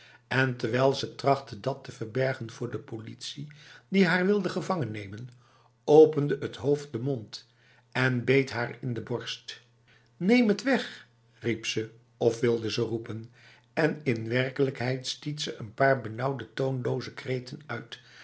en terwijl ze trachtte dat te verbergen voor de politie die haarwilde gevangennemen opende het hoofd de mond en beet haar in de borst neem het weg riep ze of wilde ze roepen en in werkelijkheid stiet ze een paar benauwde toonloze kreten uit